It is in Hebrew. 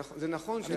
נכון.